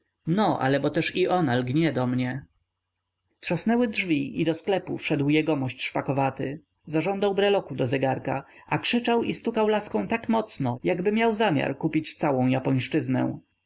no ale bo też i ona lgnie do mnie trzasnęły drzwi i do sklepu wszedł jegomość szpakowaty zażądał breloku do zegarka a krzyczał i stukał laską tak mocno jakby miał zamiar kupić całą